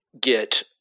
get